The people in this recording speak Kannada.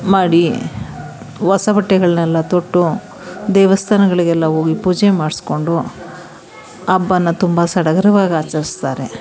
ಮಾಡಿ ಹೊಸ ಬಟ್ಟೆಗಳನ್ನೆಲ್ಲ ತೊಟ್ಟು ದೇವಸ್ಥಾನಗಳಿಗೆಲ್ಲ ಹೋಗಿ ಪೂಜೆ ಮಾಡಿಸ್ಕೊಂಡು ಹಬ್ಬನ ತುಂಬ ಸಡಗರವಾಗಿ ಆಚರಿಸ್ತಾರೆ